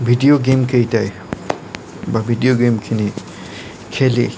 video গেমকেইটাই বা video গেমখিনিক খেলি